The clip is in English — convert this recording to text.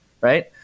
right